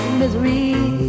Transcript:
misery